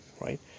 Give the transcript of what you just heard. right